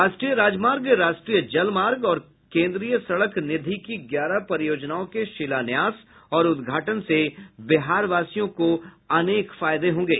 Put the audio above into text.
राष्ट्रीय राजमार्ग राष्ट्रीय जल मार्ग और केन्द्रीय सड़क निधि की ग्यारह परियोजनाओं के शिलान्यास और उद्घाटन से बिहारवासियों को अनेक फायदे होंगे